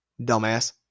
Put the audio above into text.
dumbass